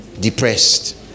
depressed